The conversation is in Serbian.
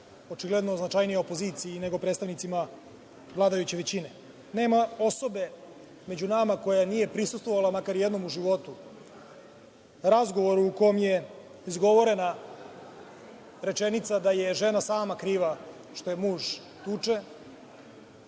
očigledno značajnija opoziciji nego predstavnicima vladajuće većine. Nema osobe među nama koja nije prisustvovala makar jednom u životu razgovoru u kom je izgovorena rečenica da je žena sama kriva što je muž tuče,